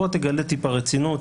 בוא תגלה טיפה רצינות,